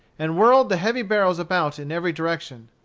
and whirled the heavy barrels about in every direction.